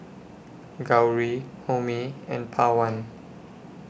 Gauri Homi and Pawan